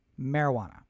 marijuana